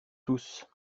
tous